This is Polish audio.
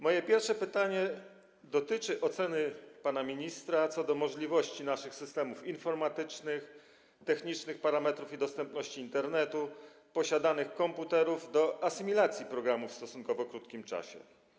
Moje pierwsze pytanie dotyczy oceny pana ministra co do możliwości naszych systemów informatycznych, technicznych parametrów i dostępności Internetu w przypadku posiadanych komputerów do asymilacji programu w stosunkowo krótkim czasie.